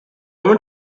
women